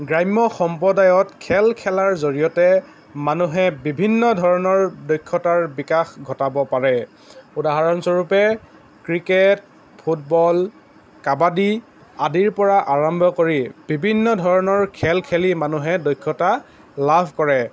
গ্ৰাম্য সম্প্ৰদায়ত খেল খেলাৰ জৰিয়তে মানুহে বিভিন্ন ধৰণৰ দক্ষতাৰ বিকাশ ঘটাব পাৰে উদাহৰণস্ৱৰূপে ক্ৰিকেট ফুটবল কাবাডী আদিৰ পৰা আৰম্ভ কৰি বিভিন্ন ধৰণৰ খেল খেলি মানুহে দক্ষতা লাভ কৰে